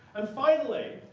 and finally,